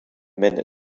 minute